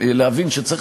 --- חברת המועצה.